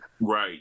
Right